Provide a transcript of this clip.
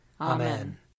Amen